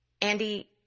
Andy